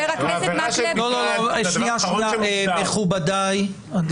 העבירה של מטרד זה הדבר האחרון שמוגדר.